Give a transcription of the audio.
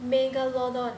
megalodon